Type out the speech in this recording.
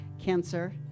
cancer